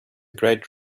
great